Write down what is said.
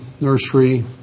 nursery